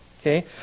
okay